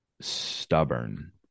stubborn